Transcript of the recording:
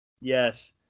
yes